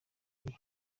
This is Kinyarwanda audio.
gihe